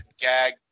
gag